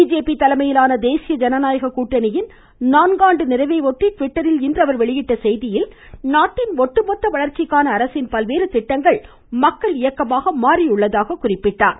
BJP தலைமையிலான தேசிய ஜனநாயக கூட்டணியின் நான்கு ஆண்டு நிறைவை ஒட்டி ட்விட்டரில் இன்று அவர் வெளியிட்ட செய்தியில் நாட்டின் ஒட்டுமொத்த வளர்ச்சிக்கான அரசின் பல்வேறு திட்டங்கள் மக்கள் இயக்கமாக மாறியுள்ளதாக குறிப்பிட்டார்